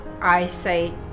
eyesight